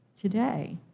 today